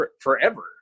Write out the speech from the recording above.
forever